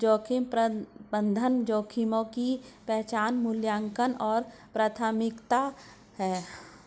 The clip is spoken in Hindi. जोखिम प्रबंधन जोखिमों की पहचान मूल्यांकन और प्राथमिकता है